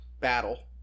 battle